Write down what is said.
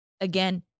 Again